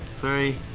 three.